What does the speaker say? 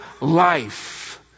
life